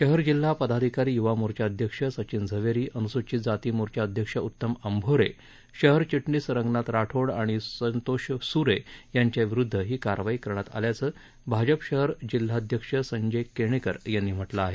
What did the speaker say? शहर जिल्हा पदाधिकारी य्वा मोर्चा अध्यक्ष सचिन झवेरी अन्सूचीत जाती मोर्चा अध्यक्ष उत्तम अंभोरे शहर चिटणीस रंगनाथ राठोड आणि संतोष स्रे यांच्याविरुद्ध ही कारवाई करण्यात आल्याचं भाजप शहर जिल्हाध्यक्ष संजय केणेकर यांनी म्हटलं आहे